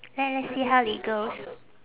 l~ let's see how it goes